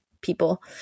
people